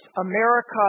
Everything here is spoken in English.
America